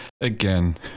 again